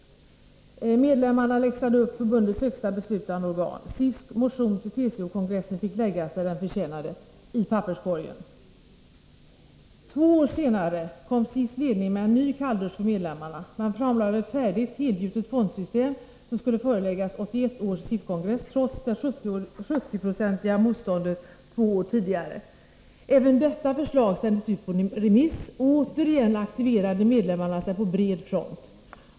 Medlemmarna läxade upp förbundets högsta beslutande organ. SIFs motion till TCO-kongressen fick läggas där den förtjänade — i papperskorgen. Två år senare kom SIF:s ledning med en ny kalldusch för medlemmarna. Man framlade förslag till ett färdigt helgjutet fondsystem, som skulle föreläggas 1981 års SIF-kongress trots det 70-procentiga motståndet två år tidigare. Även detta förslag sändes ut på remiss. Återigen aktiverade medlemmarna sig på bred front.